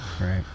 Right